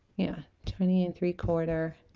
yeah twenty and three quarter